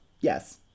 Yes